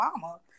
mama